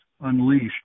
unleashed